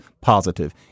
positive